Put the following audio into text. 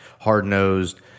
Hard-nosed